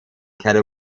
kelly